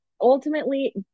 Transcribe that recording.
Ultimately